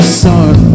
sun